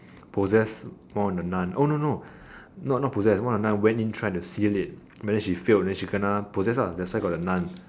possess all the nun oh no no no not possess one of the nun went in try to seal it but then she failed then she kena possess ah that's why got the nun